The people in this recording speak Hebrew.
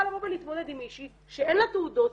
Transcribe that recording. לבוא ולהתמודד עם מישהי שאין לה תעודות,